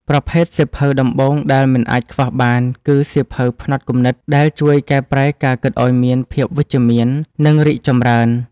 ប្រភេទសៀវភៅដំបូងដែលមិនអាចខ្វះបានគឺ សៀវភៅផ្នត់គំនិត ដែលជួយកែប្រែការគិតឱ្យមានភាពវិជ្ជមាន និងរីកចម្រើន។